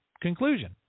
conclusion